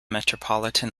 metropolitan